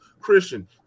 Christian